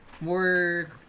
more